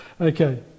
Okay